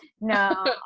No